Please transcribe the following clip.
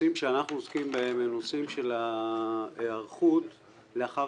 הנושאים שאנחנו עוסקים בהם הם נושאים של ההיערכות לאחר